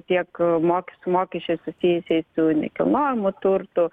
tiek mok su mokesčiais susijusiais su nekilnojamu turtu